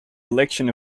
election